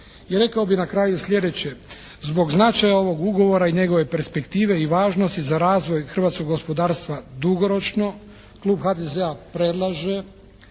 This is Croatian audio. rekao bih na kraju sljedeće. Zbog značaja ovog ugovora i njegove perspektive i važnosti za razvoj hrvatskog gospodarstva dugoročno, klub HDZ-a predlaže